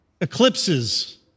Eclipses